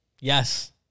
Yes